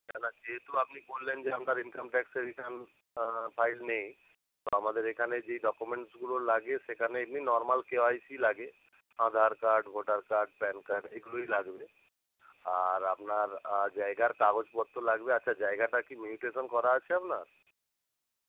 না না যেহেতু আপনি বললেন যে আপনার ইনকাম ট্যাক্সের রিটার্ন ফাইল নেই তো আমাদের এখানে যেই ডকুমেন্টসগুলো লাগে সেখানে এমনি নর্মাল কেওয়াইসি লাগে Aadhaar card voter card PAN card এগুলোই লাগবে আর আপনার জায়গার কাগজপত্র লাগবে আচ্ছা জায়গাটা কি মিউটেশন করা আছে আপনার